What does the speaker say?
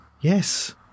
Yes